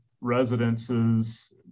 residences